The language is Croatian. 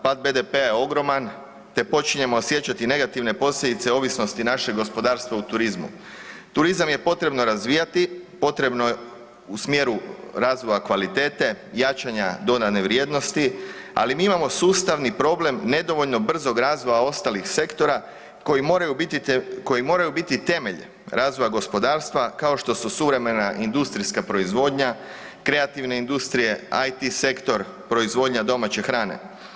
Pad BDP-a je ogroman te počinjemo osjećati negativne posljedice ovisnosti našeg gospodarstva o turizmu. turizam je potrebno razvijati, potrebno je u smjeru razvoja kvalitete, jačanja dodane vrijednosti, ali mi imamo sustavni problem nedovoljno brzog razvoja ostalih sektora koji moraju biti temelj razvoja gospodarstva kao što su suvremena industrijska proizvodnja, kreativne industrije, IT sektor, proizvodnja domaće hrane.